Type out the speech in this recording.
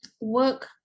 work